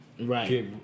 Right